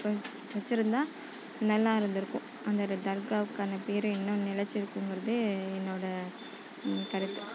வச்சிருந்தால் நல்லாயிருந்துருக்கும் அந்த தர்காவுக்கான பேர் இன்னும் நிலச்சிருக்குங்கறது என்னோட கருத்து